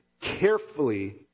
carefully